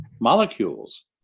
molecules